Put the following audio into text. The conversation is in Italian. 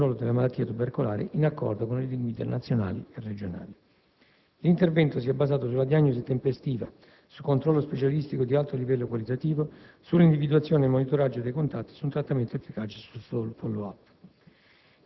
per il controllo della malattia tubercolare, in accordo con le linee guida nazionali e regionali. L'intervento si è basato sulla diagnosi tempestiva, sul controllo specialistico di alto livello qualitativo, sull'individuazione e monitoraggio dei contatti, su un trattamento efficace e sul «*follow-up*».